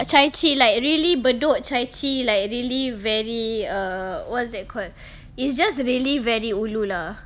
chai chee like really bedok chai chee like really very err what's that called it's just really very ulu lah